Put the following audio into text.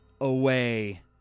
away